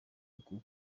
uku